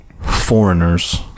foreigners